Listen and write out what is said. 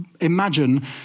imagine